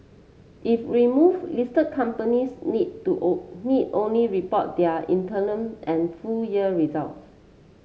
if remove listed companies need to old need only report their and full year results